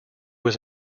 was